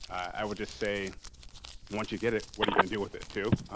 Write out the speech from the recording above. i would just say once you get it, what are you gonna do with it, too?